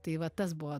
tai va tas buvo